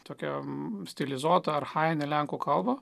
tokiam stilizuotą archajinę lenkų kalbą